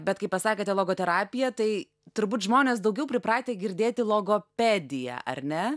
bet kai pasakėte logoterapija tai turbūt žmonės daugiau pripratę girdėti logopediją ar ne